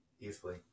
easily